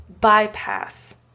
bypass